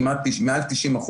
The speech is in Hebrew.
כמעט מעל 90%,